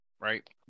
Right